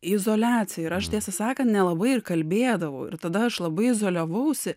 izoliacija ir aš tiesą sakant nelabai ir kalbėdavau ir tada aš labai izoliavausi